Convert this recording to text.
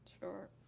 sure